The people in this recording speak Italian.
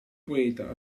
poeta